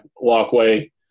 walkway